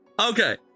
okay